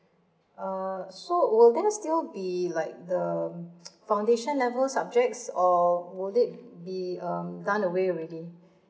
uh so will there still be like the foundation level subjects or would it be um runaway already